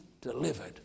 delivered